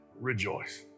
rejoice